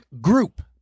group